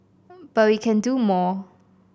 but we can do more